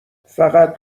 فقط